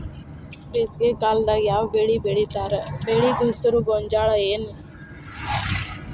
ಬೇಸಿಗೆ ಕಾಲದಾಗ ಯಾವ್ ಬೆಳಿ ಬೆಳಿತಾರ, ಬೆಳಿ ಹೆಸರು ಗೋಂಜಾಳ ಏನ್?